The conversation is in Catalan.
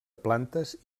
plantes